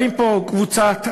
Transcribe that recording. באה פה קבוצת אנשים,